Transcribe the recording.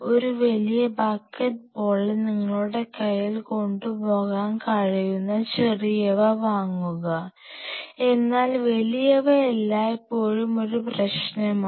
ഒരു വലിയ ബക്കറ്റ് പോലെ നിങ്ങളുടെ കൈയ്യിൽ കൊണ്ടുപോകാൻ കഴിയുന്ന ചെറിയവ വാങ്ങുക എന്നാൽ വലിയവ എല്ലായ്പ്പോഴും ഒരു പ്രശ്നമാണ്